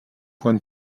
point